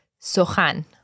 Sohan